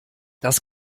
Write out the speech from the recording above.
das